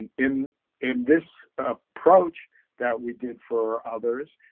in in this approach that we did for others,